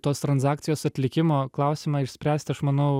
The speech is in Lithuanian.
tos transakcijos atlikimo klausimą išspręst aš manau